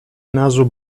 naso